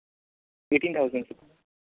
eighteen thousand